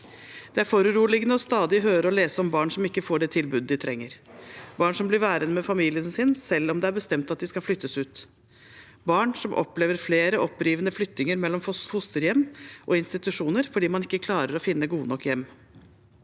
Det er foruroligende stadig å høre og lese om barn som ikke får det tilbudet de trenger, barn som blir værende med familien sin, selv om det er bestemt at de skal flyttes ut, og barn som opplever flere opprivende flyttinger mellom fosterhjem og institusjoner fordi man ikke klarer å finne gode nok hjem.